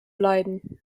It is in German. leiden